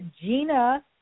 Gina